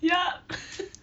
yup